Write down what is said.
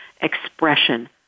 expression